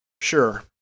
Sure